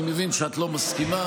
אני מבין שאת לא מסכימה.